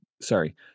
sorry